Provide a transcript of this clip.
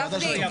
נכון.